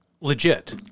legit